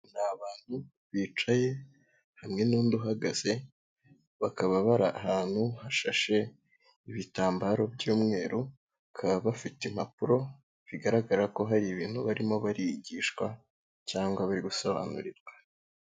Ni abantu bicaye hamwe n'undi uhagaze, bakaba bari ahantu hashashe ibitambaro by'umweru, bakaba bafite impapuro, bigaragara ko hari ibintu barimo barigishwa, cyangwa bari gusobanurirwa.